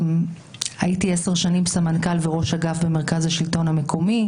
הייתי 10 שנים סמנכ"ל וראש אגף במרכז השלטון המקומי,